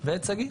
ואת שגיא,